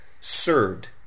served